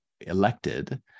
elected